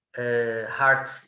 heart